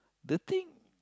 the thing